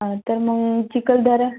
हं तर मग चिकलदऱ्या